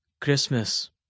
Christmas